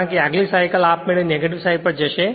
કારણ કે આગલી સાઇકલ આપમેળે નેગેટિવ સાઈડ પર જશે